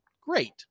Great